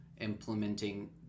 implementing